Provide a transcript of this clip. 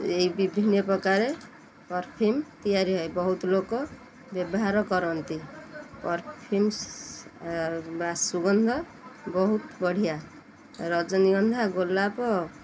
ଏଇ ବିଭିନ୍ନ ପ୍ରକାରରେ ପରଫ୍ୟୁମ୍ ତିଆରି ହୁଏ ବହୁତ ଲୋକ ବ୍ୟବହାର କରନ୍ତି ପରଫ୍ୟୁମ୍ସ୍ ବା ସୁଗନ୍ଧ ବହୁତ ବଢ଼ିଆ ରଜନୀଗନ୍ଧା ଗୋଲାପ